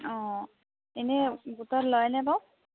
অঁ এনেই গোটত লয়নে বাৰু